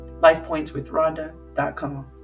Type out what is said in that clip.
lifepointswithrhonda.com